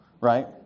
right